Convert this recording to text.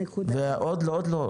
הנקודה --- עוד לא.